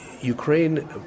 Ukraine